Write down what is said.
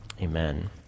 amen